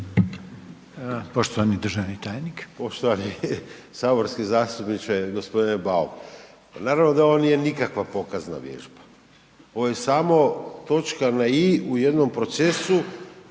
Poštovani državni tajnik.